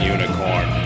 Unicorn